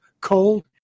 cold